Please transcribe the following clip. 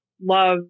love